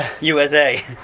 USA